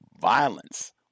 Violence